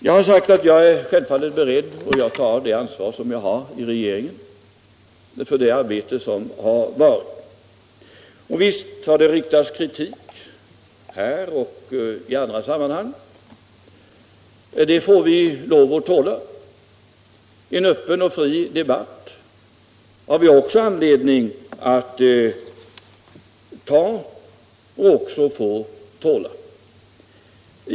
Jag har sagt att jag självfallet är beredd att ta det ansvar som jag har i regeringen för det arbete som har utförts. En öppen och fri debatt har vi anledning att ha och får vi också tåla.